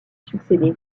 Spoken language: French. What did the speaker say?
succéder